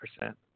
percent